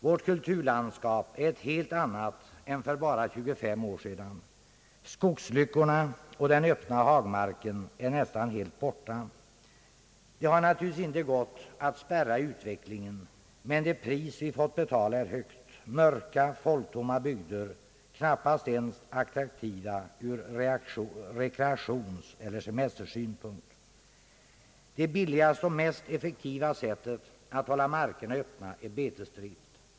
Vårt kulturlandskap är ett helt annat nu än för bara 25 år sedan. Skogslyckorna och den öppna hagmarken är nästan helt borta. Det har naturligtvis inte varit möjligt att spärra utvecklingen, men priset vi fått betala är högt: mörka, folktomma bygder, knappast ens attraktiva ur rekreationseller semestersynpunkt. Det billigaste och mest effektiva sättet att hålla markerna öppna är betesdrift.